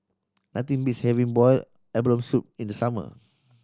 nothing beats having boiled abalone soup in the summer